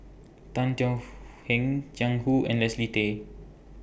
Tan Thuan Heng Jiang Hu and Leslie Gay